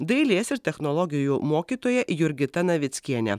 dailės ir technologijų mokytoja jurgita navickiene